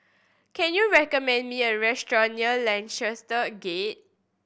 can you recommend me a restaurant near Lancaster Gate